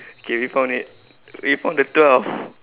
okay we found it we found the twelve